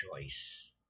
choice